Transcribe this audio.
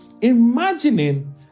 imagining